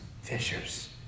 fishers